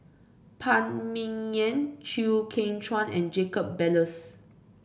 Phan Ming Yen Chew Kheng Chuan and Jacob Ballas